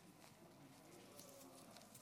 אבי דיכטר (הליכוד): אבי דיכטר (הליכוד): אדוני היושב-ראש,